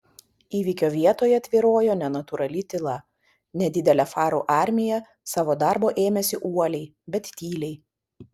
įvykio vietoje tvyrojo nenatūrali tyla nedidelė farų armija savo darbo ėmėsi uoliai bet tyliai